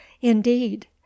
Indeed